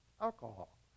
alcohol